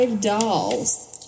dolls